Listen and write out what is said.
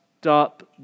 stop